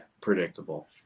predictable